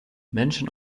menschen